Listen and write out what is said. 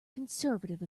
conservative